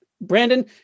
Brandon